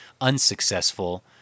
unsuccessful